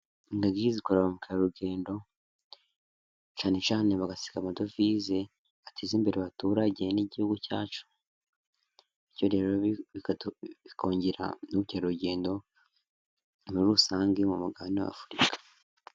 Ingagi zikurura abakerarugendo cyane cyane bagasiga amadovize ateza imbere baturage n'igihugu cyacu, bityo rero bikongera iby'ubukerarugendo muri rusange mu mugabane w'Afurika.